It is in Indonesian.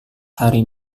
hari